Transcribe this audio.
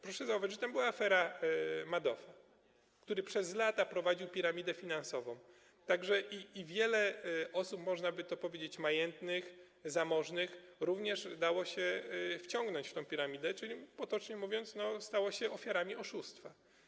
Proszę zauważyć, że tam była afera Madoffa, który przez lata prowadził piramidę finansową, i wiele osób, można by powiedzieć, majętnych, zamożnych również dało się wciągnąć w tę piramidę, czyli, potocznie mówiąc, stało się ofiarami oszustwa.